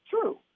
true